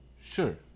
Sure